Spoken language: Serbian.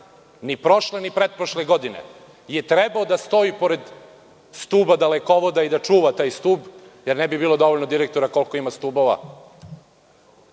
ni prošle ni pretprošle godine je trebao da stoji pored stuba dalekovoda i da čuva taj stub, jer ne bi bilo dovoljno direktora koliko ima stubova,